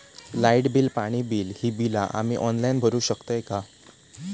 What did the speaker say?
Light bill, पाणी bill, ही बिला आम्ही ऑनलाइन भरू शकतय का?